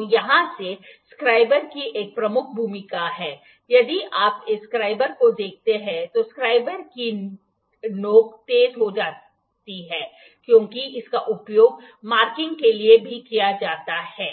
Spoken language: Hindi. तो यहाँ इस स्क्राइबर की एक प्रमुख भूमिका है यदि आप इस स्क्राइबर को देखते हैं तो स्क्राइबर की नोक तेज हो जाती है क्योंकि इसका उपयोग मार्किंग के लिए भी किया जाता है